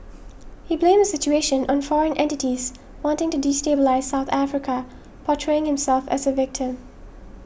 he blamed the situation on foreign entities wanting to destabilise South Africa portraying himself as a victim